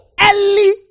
early